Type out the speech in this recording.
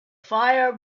fire